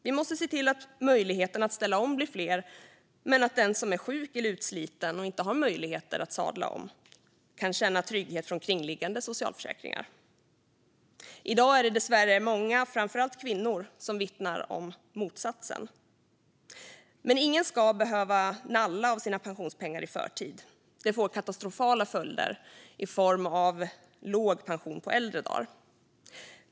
Vi måste se till att möjligheterna att ställa om blir fler, men att den som är sjuk eller utsliten och inte har möjligheter att sadla om kan känna trygghet från kringliggande socialförsäkringar. I dag är det dessvärre många, framför allt kvinnor, som vittnar om motsatsen. Ingen ska behöva nalla av sina pensionspengar i förtid, för det får katastrofala följder i form av låg pension på äldre dar.